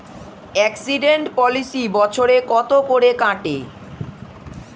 Accident policy বছরে কত করে কাটে?